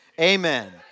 Amen